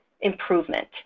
improvement